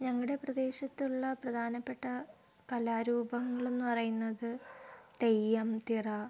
ഞങ്ങളുടെ പ്രദേശത്തുള്ള പ്രധാനപ്പെട്ട കലാരൂപങ്ങളെന്ന് പറയുന്നത് തെയ്യം തിറ